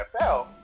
NFL